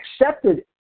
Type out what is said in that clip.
accepted